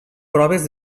proves